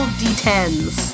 d10s